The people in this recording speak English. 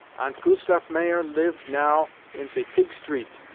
ant kustaf mayer live now in ze pig street,